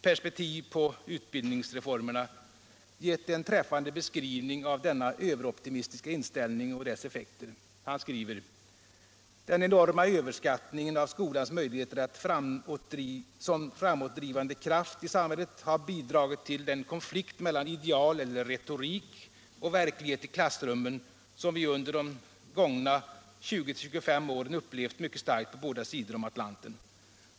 Perspektiv på utbildningsreformerna — gett en träffande beskrivning av denna överoptimistiska inställning och dess effekter. Han skriver: ”Den enorma överskattningen av skolans möjligheter som ”framåtdrivande kraft” i samhället har bidragit till den konflikt med ideal och verklighet i klassrummen som vi under de gångna 20-25 åren upplevt mycket starkt på båda sidor om Atlanten.